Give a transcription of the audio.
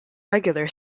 regular